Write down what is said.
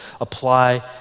apply